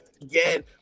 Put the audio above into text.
again